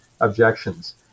objections